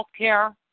healthcare